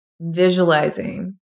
visualizing